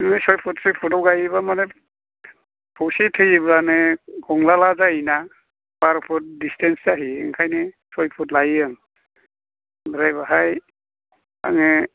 सय फुट सय फुट आव गायोब्ला माने थसे थैयोब्लानो हंलाला जायोना बार' फुट डिसटेन्स जाहोयो ओंखायनो सय फुट लायो आं आमफ्राय बाहाय आङो